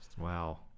Wow